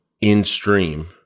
in-stream